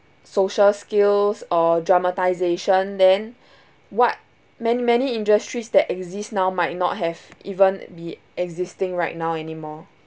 social skills or dramatisation then what many many industries that exist now might not have even be existing right now anymore